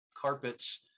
carpets